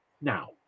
now